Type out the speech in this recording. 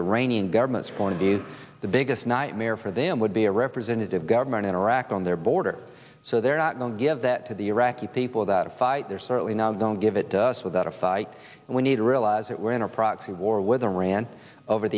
iranian government's point of view the biggest nightmare for them would be a representative government in iraq on their border so they're not going to give that to the iraqi people that they're certainly not don't give it to us without a fight and we need to realize that we're in a proxy war with iran over